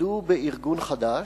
התאגדו בארגון חדש,